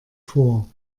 vor